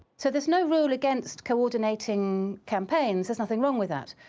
so there's no rule against coordinating campaigns, there's nothing wrong with that.